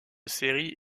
série